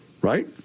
right